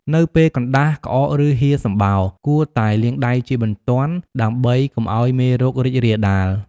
នៅពេលកណ្តាស់ ក្អក ឬហៀរសំបោរ គួរតែលាងដៃជាបន្ទាន់ដើម្បីកុំឱ្យមេរោគរីករាលដាល។